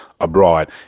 abroad